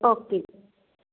okay ਜੀ